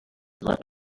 let